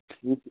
ٹھیک